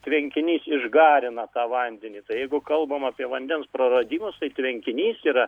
tvenkinys išgarina tą vandenį tai jeigu kalbam apie vandens praradimus tai tvenkinys yra